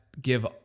give